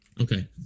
okay